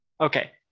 Okay